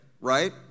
right